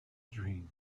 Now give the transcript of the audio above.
dream